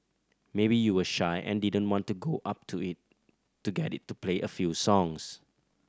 maybe you were shy and didn't want to go up to it to get it to play a few songs